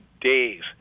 days